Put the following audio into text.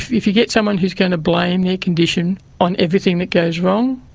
if you get someone who's going to blame their condition on everything that goes wrong,